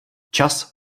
čas